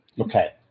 Okay